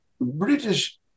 British